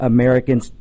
Americans